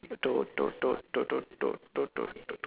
dot dot dot dot dot dot dot dot